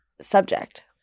subject